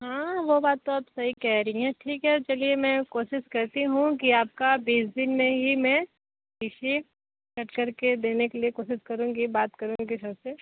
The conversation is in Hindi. हाँ वो बात तो आप सही कह रही हैं ठीक है चलिए मैं कोशिश करती हूँ कि आपका बीस दिन में ही मैं टी सी देने के लिए कोशिश करूंगी बात करूंगी सर से